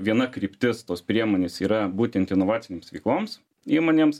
viena kryptis tos priemonės yra būtent inovacinėms veikloms įmonėms